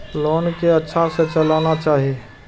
Loan के अच्छा से चलाना चाहि?